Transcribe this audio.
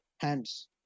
hands